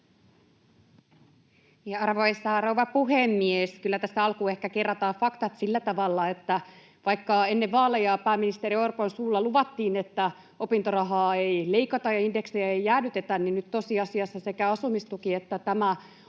Arvoisa rouva puhemies! Kyllä tässä alkuun ehkä kerrataan faktat sillä tavalla, että vaikka ennen vaaleja pääministeri Orpon suulla luvattiin, että opintorahaa ei leikata ja indeksejä ei jäädytetä, niin nyt tosiasiassa sekä asumistuki että tämä